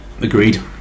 agreed